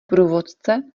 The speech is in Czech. průvodce